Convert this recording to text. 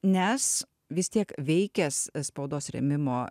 nes vis tiek veikęs spaudos rėmimo